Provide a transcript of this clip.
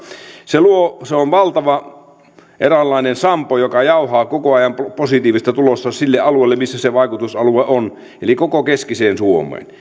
se on eräänlainen valtava sampo joka jauhaa koko ajan positiivista tulosta sille alueelle missä se vaikutusalue on eli koko keskiseen suomeen